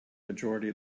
majority